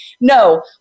No